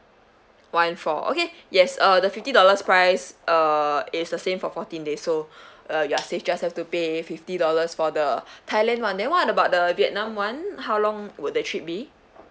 one four okay yes uh the fifty dollars price uh is the same for fourteen days so uh you are safe just have to pay fifty dollars for the thailand one then what about the vietnam one how long would the trip be